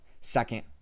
second